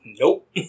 Nope